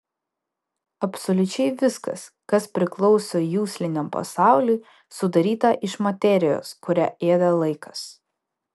absoliučiai viskas kas priklauso jusliniam pasauliui sudaryta iš materijos kurią ėda laikas